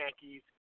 Yankees